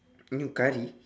new curry